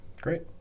Great